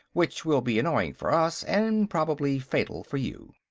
which will be annoying for us and, probably, fatal for you.